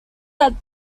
that